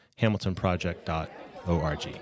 hamiltonproject.org